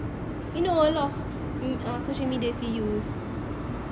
you know a lot of uh social medias he use